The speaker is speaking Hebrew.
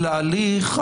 להליך.